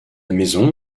maison